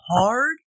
hard